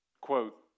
quote